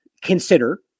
consider